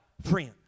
friend